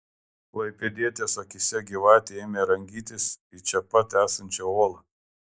klaipėdietės akyse gyvatė ėmė rangytis į čia pat esančią olą